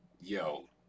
Yo